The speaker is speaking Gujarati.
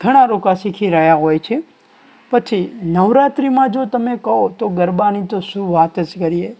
ઘણા લોકા શીખી રહ્યા હોય છે પછી નવરાત્રિમાં જો તમે કહો તો ગરબાની તો શું વાત જ કરીએ